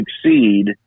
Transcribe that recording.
succeed